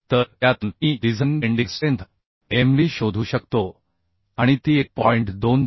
तर त्यातून मी डिझाइन बेंडिंग स्ट्रेंथ Md शोधू शकतो आणि ती 1